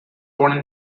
born